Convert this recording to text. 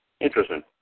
Interesting